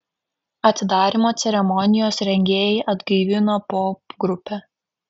atidarymo ceremonijos rengėjai atgaivino popgrupę